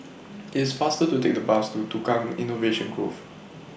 It's faster to Take The Bus to Tukang Innovation Grove